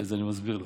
אז אני מסביר לך.